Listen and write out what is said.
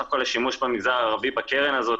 סך הכול השימוש במגזר הערבי בקרן הזאת,